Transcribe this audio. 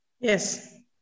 Yes